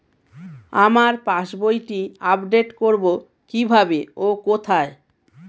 আমার পাস বইটি আপ্ডেট কোরবো কীভাবে ও কোথায়?